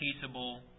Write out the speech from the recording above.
peaceable